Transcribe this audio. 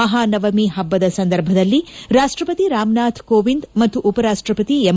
ಮಹಾನವಮಿ ಹಬ್ಬದ ಸಂದರ್ಭದಲ್ಲಿ ರಾಷ್ಟಪತಿ ರಾಮನಾಥ್ ಕೋವಿಂದ್ ಮತ್ತು ಉಪರಾಷ್ಟಪತಿ ಎಂ